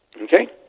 Okay